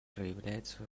проявляется